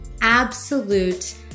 absolute